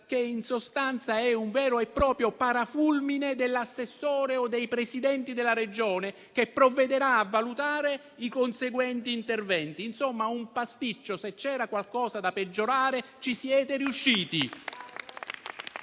che in sostanza è un vero e proprio parafulmine dell'assessore o dei presidenti della Regione, che provvederà a valutare i conseguenti interventi. Insomma, un pasticcio: se c'era qualcosa da peggiorare, ci siete riusciti.